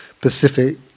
Pacific